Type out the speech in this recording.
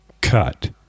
cut